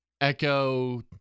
Echo